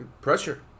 Pressure